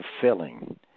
fulfilling